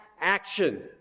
action